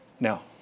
Now